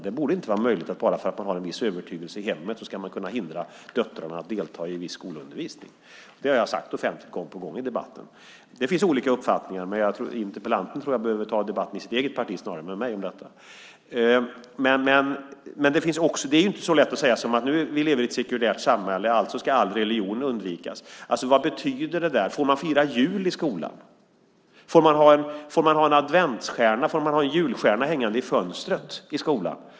Det borde inte vara möjligt att bara för att man har en viss övertygelse i hemmet ska man kunna hindra döttrarna att delta i viss skolundervisning. Det har jag sagt offentligt gång på gång i debatten. Det finns olika uppfattningar, men jag tror att interpellanten behöver ta debatten i sitt eget parti snarare än med mig. Det är inte så lätt som att säga att vi lever i ett sekulärt samhälle och alltså ska all religion undvikas. Vad betyder det? Får man fira jul i skolan? Får man ha en adventsstjärna, julstjärna, hängande i fönstret i skolan?